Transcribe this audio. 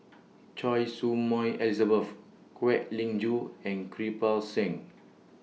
Choy Su Moi Kwek Leng Joo and Kirpal Singh